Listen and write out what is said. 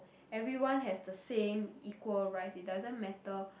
everyone has the same equal rice it doesn't matter